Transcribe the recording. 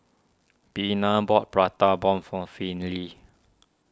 Bina bought Prata Bomb for Finley